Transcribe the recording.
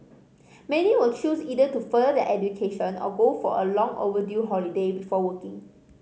many will choose either to further their education or go for a long overdue holiday before working